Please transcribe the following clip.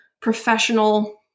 professional